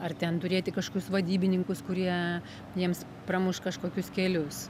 ar ten turėti kažkokius vadybininkus kurie jiems pramuš kažkokius kelius